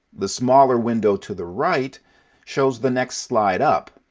the smaller window to the right shows the next slide up.